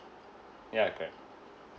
ya correct